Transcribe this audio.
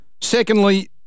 Secondly